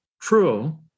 true